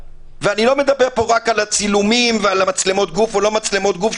אני לא מדבר פה רק על הצילומים ועל מצלמות הגוף או לא מצלמות גוף,